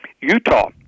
Utah